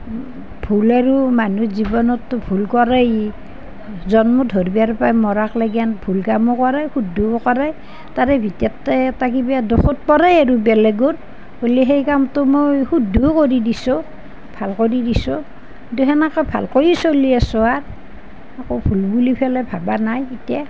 ভুল আৰু মানুহে জীৱনতটো ভুল কৰেই জন্ম ধৰবৰ পৰা মৰাশ লেকেন ভুল কামো কৰে শুদ্ধও কৰে তাৰে ভিতৰতে থাকিব দুখত পৰে আৰু বেলেগৰ বুলি সেই কামটো মই শুদ্ধও কৰি দিছোঁ ভাল কৰি দিছোঁ দুখনকে ভাল কৰি চলি আছোঁ আক' ভুল বুলি পেলাই ভাবা নাই এতিয়া